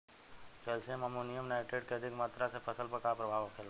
Calcium ammonium nitrate के अधिक मात्रा से फसल पर का प्रभाव होखेला?